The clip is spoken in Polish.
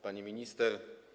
Pani Minister!